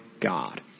God